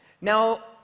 Now